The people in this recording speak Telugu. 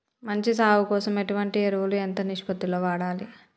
మంచి సాగు కోసం ఎటువంటి ఎరువులు ఎంత నిష్పత్తి లో వాడాలి?